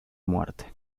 muerte